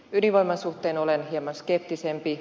ydinvoiman suhteen olen hieman skeptisempi